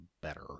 better